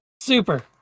super